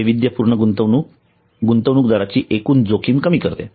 वैविध्यपूर्ण गुंतवणूक गुंतवणूकदारांची एकूण जोखीम कमी करते